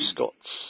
Scots